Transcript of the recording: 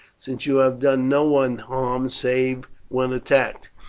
since you have done no one harm save when attacked.